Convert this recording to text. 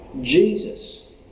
Jesus